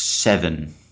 Seven